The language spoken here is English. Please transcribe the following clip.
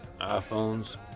iPhones